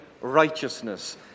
righteousness